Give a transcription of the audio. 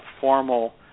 formal